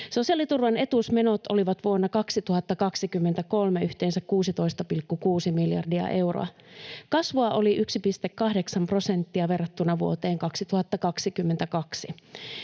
Sosiaaliturvan etuusmenot olivat vuonna 2023 yhteensä 16,6 miljardia euroa. Kasvua oli 1,8 prosenttia verrattuna vuoteen 2022.